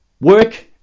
Work